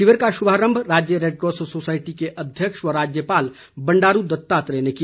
शिविर का श्भारम्भ राज्य रैडक्रॉस सोसायटी के अध्यक्ष व राज्यपाल बंडारू दत्तात्रेय ने किया